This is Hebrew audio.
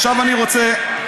אני רוצה לעבור לעניין.